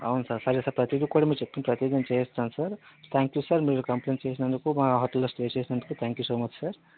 అవును సార్ సరే సార్ ప్రతిదీ కూడా మీరు చెప్పింది ప్రతిదీ కూడా చేయిస్తాం థ్యాంక్యూ థ్యాంక్యూ సార్ మీరు కంప్లైంట్ చేసినందుకు మా హోటల్ లో స్టే చేసినందుకు థ్యాంక్యూ సో మచ్ సార్